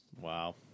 Wow